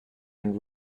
and